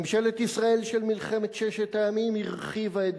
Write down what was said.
ממשלת ישראל של מלחמת ששת הימים הרחיבה את